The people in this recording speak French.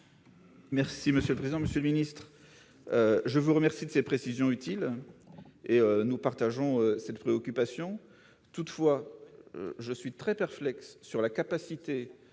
Leconte, pour la réplique. Monsieur le ministre, je vous remercie de ces précisions utiles. Nous partageons votre préoccupation. Toutefois, je suis très perplexe sur notre capacité